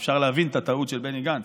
אפשר להבין את הטעות של בני גנץ.